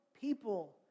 people